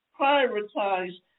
prioritize